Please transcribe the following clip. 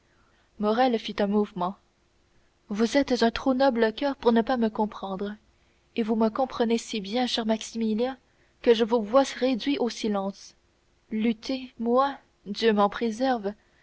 morrel fit un mouvement vous êtes un trop noble coeur pour ne pas me comprendre et vous me comprenez si bien cher maximilien que je vous vois réduit au silence lutter moi dieu m'en préserve